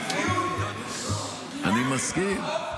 אני מסכים.